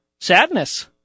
sadness